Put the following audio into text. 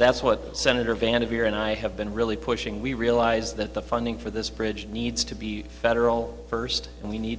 that's what senator vanderveer and i have been really pushing we realize that the funding for this bridge needs to be federal first and we need